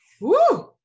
Woo